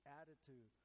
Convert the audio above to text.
attitude